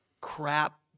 crap